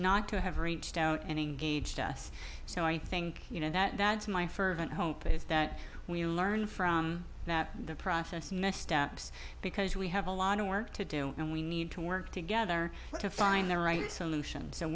not to have reached out and engaged us so i think you know that that's my fervent hope is that we learn from the process next steps because we have a lot of work to do and we need to work together to find the right solution so